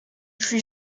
fut